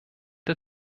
der